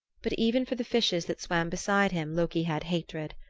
but even for the fishes that swam beside him loki had hatred.